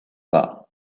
power